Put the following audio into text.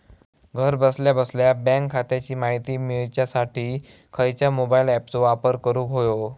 घरा बसल्या बसल्या बँक खात्याची माहिती मिळाच्यासाठी खायच्या मोबाईल ॲपाचो वापर करूक होयो?